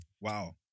wow